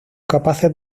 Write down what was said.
capaces